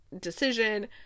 decision